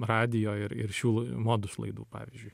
radijo ir ir šių modus laidų pavyzdžiui